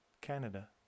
Canada